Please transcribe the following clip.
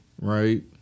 right